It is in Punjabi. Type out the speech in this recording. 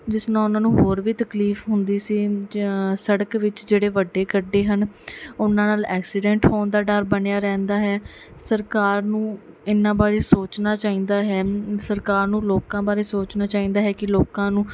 ਜਿਸ ਨਾਲ ਉਹਨਾਂ ਨੂੰ ਹੋਰ ਵੀ ਤਕਲੀਫ ਹੁੰਦੀ ਸੀ ਸੜਕ ਵਿੱਚ ਜਿਹੜੇ ਵੱਡੇ ਗੱਡੇ ਹਨ ਉਹਨਾਂ ਨਾਲ ਐਕਸੀਡੈਂਟ ਹੋਣ ਦਾ ਡਰ ਬਣਿਆ ਰਹਿੰਦਾ ਹੈ ਸਰਕਾਰ ਨੂੰ ਇਨਾ ਬਾਰੇ ਸੋਚਣਾ ਚਾਹੀਦਾ ਹੈ ਸਰਕਾਰ ਨੂੰ ਲੋਕਾਂ ਬਾਰੇ ਸੋਚਣਾ ਚਾਹੀਦਾ ਹੈ ਕੀ ਲੋਕਾਂ ਨੂੰ